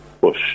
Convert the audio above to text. push